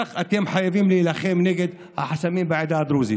כך אתם חייבים להילחם נגד החסמים בעדה הדרוזית,